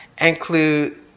include